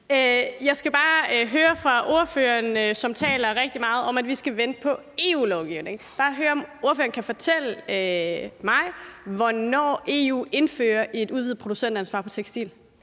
Jeg skal bare høre, om ordføreren, som taler rigtig meget om, at vi skal vente på, at der kommer EU-lovgivning, kan fortælle mig, hvornår EU indfører et udvidet producentansvar for tekstil.